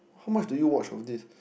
how much do you watch on these